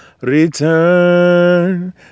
return